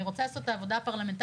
אני רוצה לעשות את העבודה הפרלמנטרית